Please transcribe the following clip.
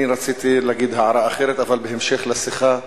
אני רציתי להעיר הערה אחרת, אבל בהמשך לשיחה,